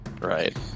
right